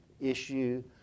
issue